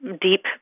deep